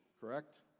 correct